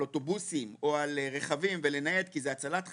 לאוטובוסים או על רכבים ולנייד כי זה הצלת חיים,